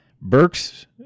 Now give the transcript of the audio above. Burks